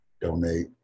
donate